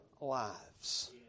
lives